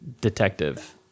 detective